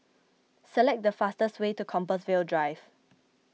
select the fastest way to Compassvale Drive